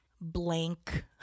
blank